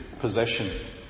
possession